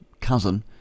cousin